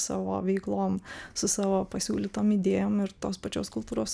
savo veiklom su savo pasiūlytom idėjom ir tos pačios kultūros